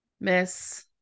Miss